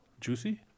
juicy